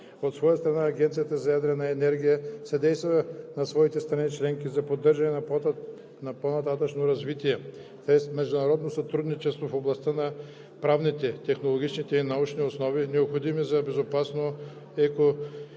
От своя страна Агенцията за ядрена енергия съдейства на своите страни членки за поддържане на по-нататъшно развитие чрез международно сътрудничество в областта на правните, технологичните и научните основи, необходими за безопасно, екологосъобразно